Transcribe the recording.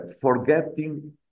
forgetting